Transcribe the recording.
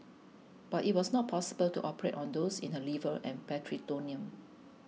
but it was not possible to operate on those in her liver and peritoneum